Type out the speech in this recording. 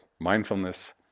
mindfulness